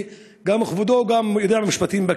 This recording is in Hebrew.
וגם כבודו יודע משפטים,